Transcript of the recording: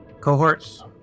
Cohorts